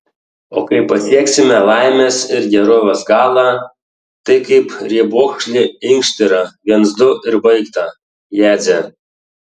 o kai pasieksime laimės ir gerovės galą tai kaip riebokšlį inkštirą viens du ir baigta jadze